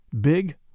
big